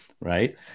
right